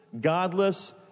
godless